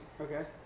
Okay